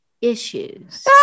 issues